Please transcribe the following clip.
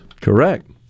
Correct